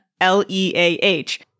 L-E-A-H